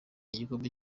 igikombe